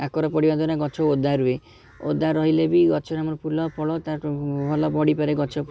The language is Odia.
କାକର ପଡ଼ିବା ଦ୍ୱାରା ଗଛ ଓଦା ରୁହେ ଓଦା ରହିଲେ ବି ଗଛରେ ଆମର ଫୁଲ ଫଳ ଭଲ ବଢ଼ିପାରେ ଗଛ